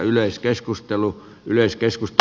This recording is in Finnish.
arvoisa puhemies